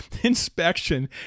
Inspection